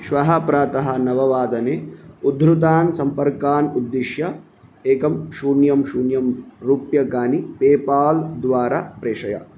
श्वः प्रातः नववादने उद्धृतान् सम्पर्कान् उद्दिश्य एकं शून्यं शून्यं रूप्यकाणि पेपाल्द्वारा प्रेषय